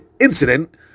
incident